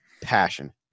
passion